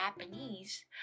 Japanese